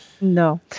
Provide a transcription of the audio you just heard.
No